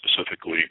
specifically